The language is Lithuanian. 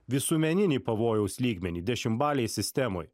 visuomeninį pavojaus lygmenį dešimtbalėj sistemoj